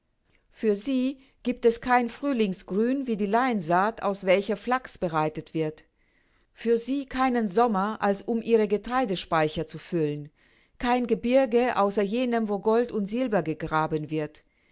für sie giebt es kein frühlingsgrün wie die leinsaat aus welcher flachs bereitet wird für sie keinen sommer als um ihre getreidespeicher zu füllen kein gebirge außer jenem wo gold und silber gegraben wird